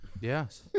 yes